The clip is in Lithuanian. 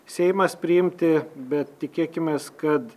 seimas priimti bet tikėkimės kad